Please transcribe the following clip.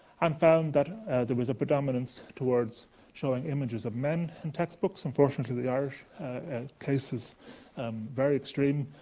and found that there was a predominance towards showing images of men in textbooks. unfortunately, the irish case is um very extreme.